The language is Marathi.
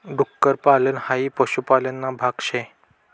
डुक्कर पालन हाई पशुपालन ना भाग शे